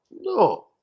No